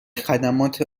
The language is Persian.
خدمات